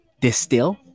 distill